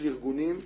הארגונים